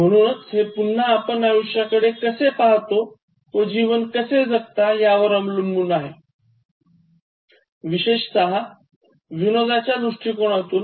म्हणूनच हे पुन्हा आपण आयुष्याकडे कसे पाहतो व जीवन कसे जगता यावर अवलंबून आहे विशेषत विनोदाच्या दृष्टिकोनातून